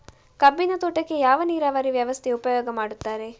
ಕಬ್ಬಿನ ತೋಟಕ್ಕೆ ಯಾವ ನೀರಾವರಿ ವ್ಯವಸ್ಥೆ ಉಪಯೋಗ ಮಾಡುತ್ತಾರೆ?